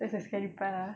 that's the scary part ah